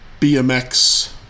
BMX